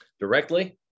Directly